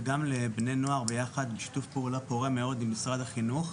וגם לבני נוער ביחד עם שיתוף פעולה פורה מאוד במשרד החינוך.